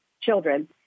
children